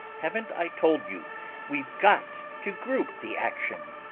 haven't i told you we've got to group the action?